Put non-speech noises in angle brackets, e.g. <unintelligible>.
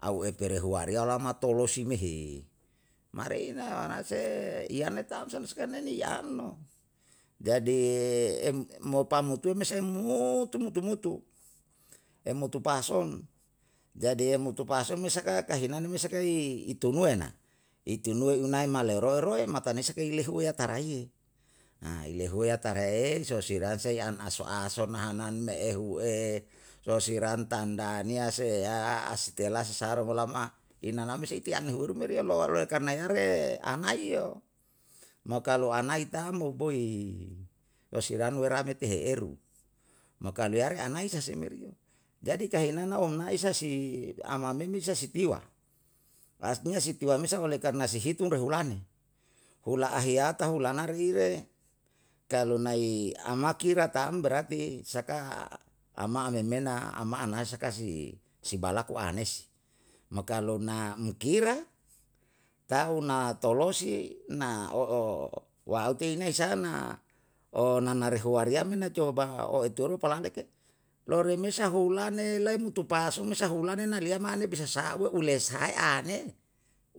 Au e perehuariyo lamato losi me hi maraina anase iyanee tam sa sikaneni yanno. Jadi <hesitation> mo pamutue me semmutu mutu mutu mutu, emutu pason. jadie emutu pason me saka kahinane me sakai i tunue na, itunue inai maleroe roe matanese ke lehuweya taraiye. <hesitation> lehuweya taraei sosiransai ana aso asona anan me ehu <hesitation> sosirantan ta'aniya sei <hesitation> setela si sa'aro lama i naname sei tiani hurume loi loe karna yare anai <unintelligible> mo kalu anai taamo koi rosiranwe rame tehe eru. Mo kalu yare anai saseme, jadi kahinana ounaisa si amameme sa si tiwa, artinya si tiwamesa oleh karna si hitung rehulane, ulahahiyata, hulanar ire, kalu nai ama kira taam berarti saka ama amemena amaana saka si balagu anei si. Mo kalu na um kira ta u na toloasi, na o wauti inae sa na, onanare huariyam me na coba o i turue palang le ke. kalu remesa hulane lai mutu pa'asune sahulane na lia mane bisa sa'ule ule sahae a ne,